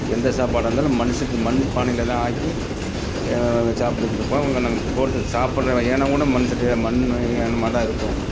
எந்த சாப்பாடாக இருந்தாலும் மண்சட்டி மண் பானையில்தான் ஆக்கி சாப்பிட்டுக்கிட்டு இருப்போம் நாங்கள் போட்டு சாப்பிட்ற யாணம் கூட மண் சட்டியாக மண் யாணமாகதான் இருக்கும்